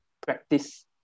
practice